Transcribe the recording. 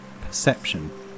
perception